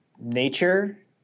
nature